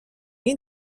این